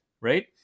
right